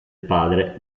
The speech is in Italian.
padre